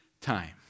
time